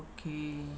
Okay